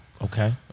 Okay